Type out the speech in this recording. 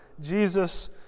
Jesus